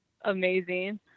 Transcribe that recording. amazing